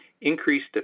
increased